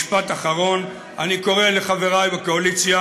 משפט אחרון: אני קורא לחברי בקואליציה